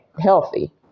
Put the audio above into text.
healthy